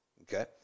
Okay